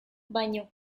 baino